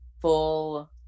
full